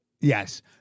Yes